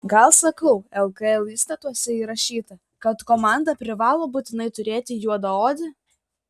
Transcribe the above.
gal sakau lkl įstatuose įrašyta kad komanda privalo būtinai turėti juodaodį